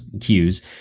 cues